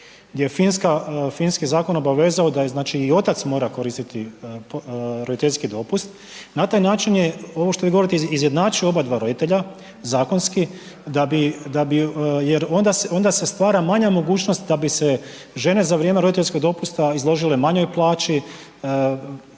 gdje je finski zakon obavezao da i otac mora koristiti roditeljski dopust. Na taj način je ovo što vi govorite izjednačio oba roditelja zakonski jer onda se stvara manja mogućnost da bi se žene za vrijeme roditeljskog dopusta izložile manjoj plaći